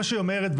מה שהיא אומרת,